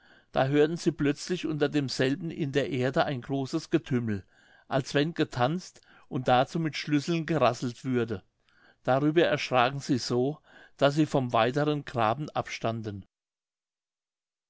da hörten sie plötzlich unter demselben in der erde ein großes getümmel als wenn getanzt und dazu mit schlüsseln gerasselt würde darüber erschraken sie so daß sie vom weiteren graben abstanden